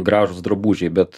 gražūs drabužiai bet